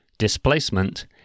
Displacement